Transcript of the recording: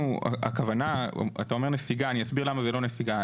אתה אומר נסיגה ואני אסביר למה זה לא נסיגה.